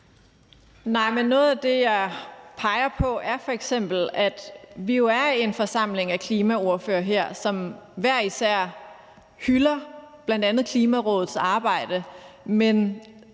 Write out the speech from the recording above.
noget af det, jeg peger på, er f.eks., at vi jo er en forsamling af klimaordførere her, som hver især hylder bl.a. Klimarådets arbejde,